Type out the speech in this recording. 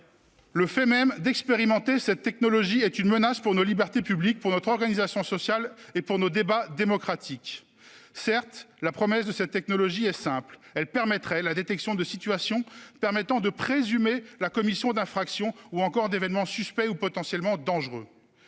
Le fait même d'expérimenter cette technologie est une menace pour nos libertés publiques, pour notre organisation sociale et pour nos débats démocratiques. Certes, la promesse de cette technologie est simple : elle faciliterait la détection de situations permettant de présumer la commission d'infractions ou encore la survenue d'événements suspects ou potentiellement dangereux.